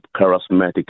charismatic